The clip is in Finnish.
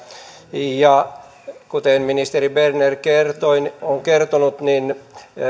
ja kuten ministeri berner on kertonut niin